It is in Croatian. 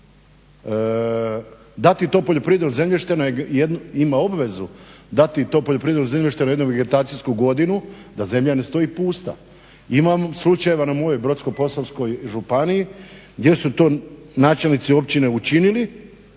dati to poljoprivredno zemljište na jednu vegetacijsku godinu da zemlja ne stoji pusta. I imamo slučajeva na mojoj Brodsko-posavskoj županiji gdje su to načelnici općine učinili